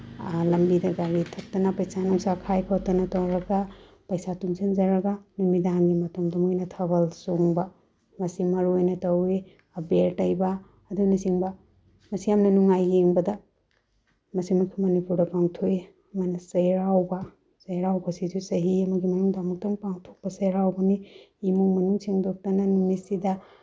ꯂꯝꯕꯤꯗ ꯒꯥꯔꯤ ꯊꯠꯇꯅ ꯄꯩꯁꯥ ꯅꯨꯡꯁꯥ ꯈꯥꯏ ꯈꯣꯠꯇꯅ ꯇꯧꯔꯒ ꯄꯩꯁꯥ ꯇꯨꯡꯖꯟꯖꯔꯒ ꯅꯨꯃꯤꯗꯥꯡꯒꯤ ꯃꯇꯝꯗ ꯃꯣꯏꯅ ꯊꯥꯕꯜ ꯆꯣꯡꯕ ꯃꯁꯤ ꯃꯔꯨꯑꯣꯏꯅ ꯇꯧꯋꯤ ꯑꯕꯦꯔ ꯇꯩꯕ ꯑꯗꯨꯅꯆꯤꯡꯕ ꯃꯁꯤ ꯌꯥꯝꯅ ꯅꯨꯡꯉꯥꯏ ꯌꯦꯡꯕꯗ ꯃꯁꯤ ꯑꯩꯈꯣꯏ ꯃꯅꯤꯄꯨꯔꯗ ꯄꯥꯡꯊꯣꯛꯏ ꯑꯃꯅ ꯆꯩꯔꯥꯎꯕ ꯆꯩꯔꯥꯎꯕꯁꯤꯁꯨ ꯆꯍꯤ ꯑꯃꯒꯤ ꯃꯅꯨꯡꯗ ꯑꯃꯨꯛꯇꯪ ꯄꯥꯡꯊꯣꯛꯄ ꯆꯩꯔꯥꯎꯕꯅꯤ ꯏꯃꯨꯡ ꯃꯅꯨꯡ ꯁꯦꯡꯗꯣꯛꯇꯅ ꯅꯨꯃꯤꯠꯁꯤꯗ